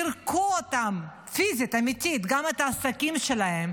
פירקו אותם פיזית, אמיתית, גם את העסקים שלהם,